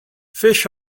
phish